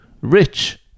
rich